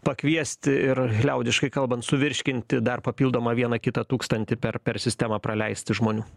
pakviesti ir liaudiškai kalbant suvirškinti dar papildomą vieną kitą tūkstantį per per sistemą praleisti žmonių